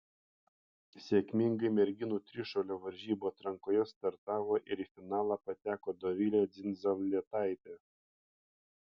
sėkmingai merginų trišuolio varžybų atrankoje startavo ir į finalą pateko dovilė dzindzaletaitė